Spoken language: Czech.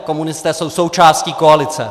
Komunisté jsou součástí koalice.